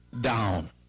down